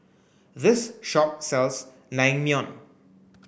this shop sells Naengmyeon